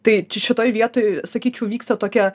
tai čia šitoj vietoj sakyčiau vyksta tokia